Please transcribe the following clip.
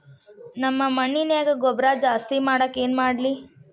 ನಮ್ಮ ಮಣ್ಣಿನ್ಯಾಗ ಗೊಬ್ರಾ ಜಾಸ್ತಿ ಮಾಡಾಕ ಏನ್ ಮಾಡ್ಲಿ?